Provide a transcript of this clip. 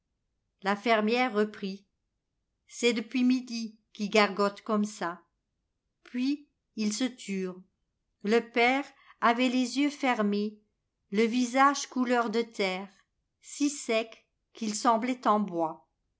la fermière reprit c'est d'puis midi qui gargotte comme ça puis ils se turent le père avait les yeux fermés le visage couleur de terre si sec qu'il semblait en bois